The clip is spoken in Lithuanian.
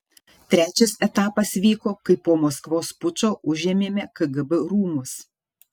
trečias etapas vyko kai po maskvos pučo užėmėme kgb rūmus